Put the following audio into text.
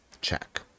check